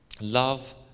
love